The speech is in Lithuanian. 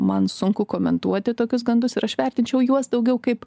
man sunku komentuoti tokius gandus ir aš vertinčiau juos daugiau kaip